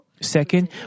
Second